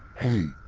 hey,